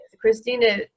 Christina